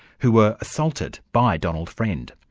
who were assaulted by donald friend.